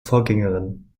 vorgängerin